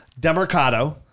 Demarcado